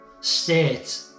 State